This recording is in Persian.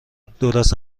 درست